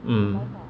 mm